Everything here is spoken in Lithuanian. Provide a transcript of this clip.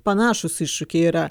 panašūs iššūkiai yra